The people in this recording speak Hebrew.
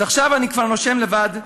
עכשיו אני כבר נושם לבד,